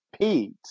Pete